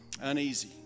uneasy